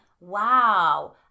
wow